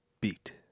Beat